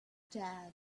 tag